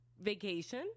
vacation